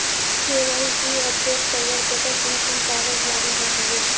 KYC update करवार केते कुन कुन कागज लागोहो होबे?